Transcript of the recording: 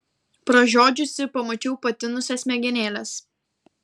pražiodžiusi pamačiau patinusias smegenėles